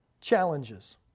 challenges